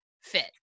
fit